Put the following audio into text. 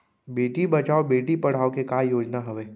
बेटी बचाओ बेटी पढ़ाओ का योजना हवे?